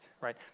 right